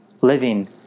Living